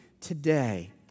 today